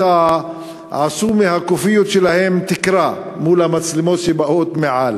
עשו מהכאפיות שלהם תקרה מול המצלמות שבאות מעל,